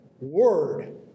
word